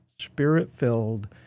spirit-filled